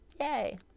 Yay